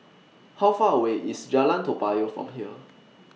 How Far away IS Jalan Toa Payoh from here